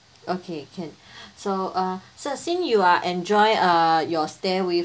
okay can so uh sir since you are enjoy uh your stay with